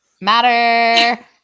matter